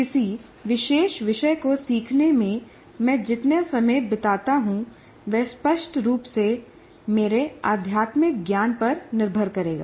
किसी विशेष विषय को सीखने में मैं जितना समय बिताता हूं वह स्पष्ट रूप से मेरे आध्यात्मिक ज्ञान पर निर्भर करेगा